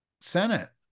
Senate